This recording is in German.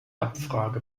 abfrage